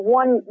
one